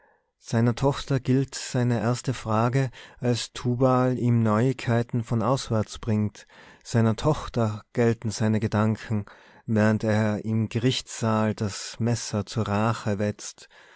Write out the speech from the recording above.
seiner tochter gilt seine erste frage als tubal ihm neuigkeiten von auswärts bringt seiner tochter gelten seine gedanken während er im gerichtssaal das messer zur rache wetzt